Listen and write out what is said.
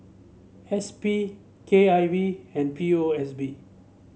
S P K I V and P O S B